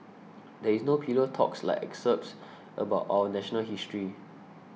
there is no pillow talk like excerpts about our national history